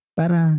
para